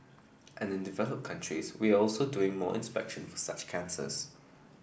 and in developed countries we are also doing more inspection for such cancers